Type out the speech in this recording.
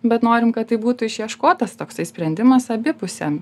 bet norim kad tai būtų išieškotas toksai sprendimas abipusiam